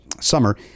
summer